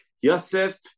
Yosef